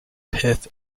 pith